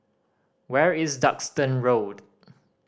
where is Duxton Road